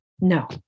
no